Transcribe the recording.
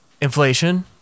Inflation